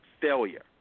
failure